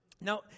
Now